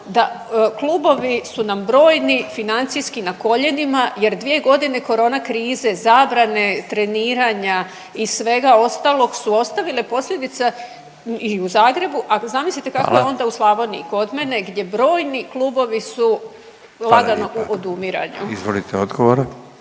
da klubovi su nam brojni financijski na koljenima jer dvije godine korona krize, zabrane treniranja i svega ostalog su ostavile posljedice i u Zagrebu, a zamislite kako je …/Upadica Radin: Hvala./… onda u Slavoniji kod mene gdje brojni klubovi su …/Upadica Radin: Hvala